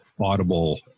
audible